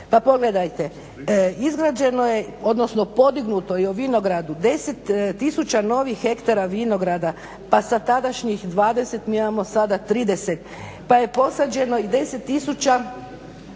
pa pogledajte izgrađeno odnosno podignuto je u vinogradu 10 tisuća novih hektara vinograda pa sa tadašnjih 20 mi imamo sada 30, pa je posađeno i 10